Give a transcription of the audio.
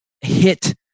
hit